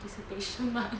participation mark